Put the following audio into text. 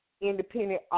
independent